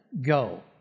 go